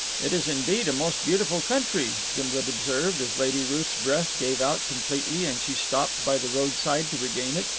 it is indeed a most beautiful country, gimblet observed, as lady ruth's breath gave out completely, and she stopped by the roadside to regain it.